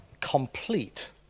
complete